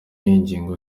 ingingo